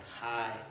high